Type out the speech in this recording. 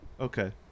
Okay